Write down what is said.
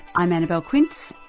i'm annabelle quince,